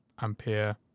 Ampere